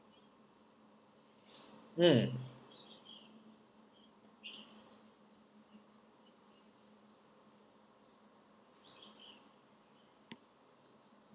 mm